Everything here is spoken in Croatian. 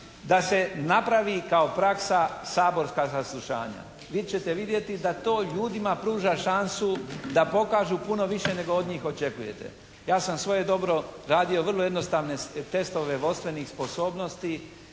da se napravi kao praksa saborska saslušanja. Vi ćete vidjeti da to ljudima pruža šansu da pokažu puno više nego od njih očekujete. Ja sam svojedobno radio vrlo jednostavne testove vodstvenih sposobnosti.